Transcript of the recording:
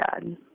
god